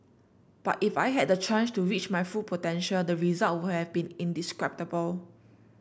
but if I had the chance to reach my full potential the result would have been indescribable